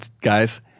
Guys